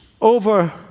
over